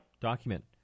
Document